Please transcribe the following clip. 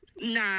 Nah